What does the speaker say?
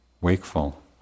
wakeful